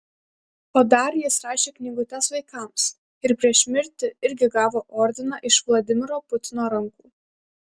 o dar jis rašė knygutes vaikams ir prieš mirtį irgi gavo ordiną iš vladimiro putino rankų